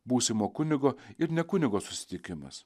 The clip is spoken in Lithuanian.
būsimo kunigo ir ne kunigo susitikimas